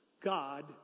God